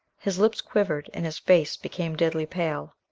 his lips quivered, and his face became deadly pale.